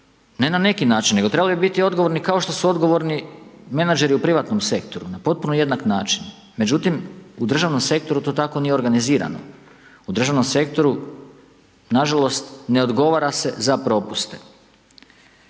ne na neki način nego trebali bi biti odgovorni menadžeri u privatnom sektoru, na potpuno jednak način. Međutim, u državnom sektoru to tako nije organizirano. U državnom sektoru, nažalost, ne odgovara se na propuste.